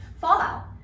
fallout